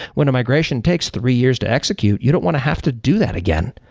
when a migration takes three years to execute, you don't want to have to do that again.